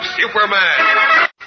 Superman